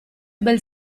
bel